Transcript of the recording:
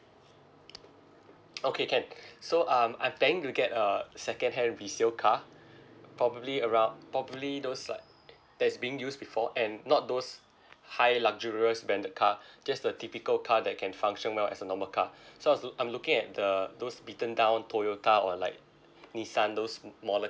okay can so um I'm planning to get a second hand resale car probably around probably those like that's being use before and not those high luxurious branded car just the typical car that can function well as a normal car so I was look I'm looking at the those beaten down toyota or like nissan those mm smaller